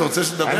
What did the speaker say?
אתה רוצה לדבר?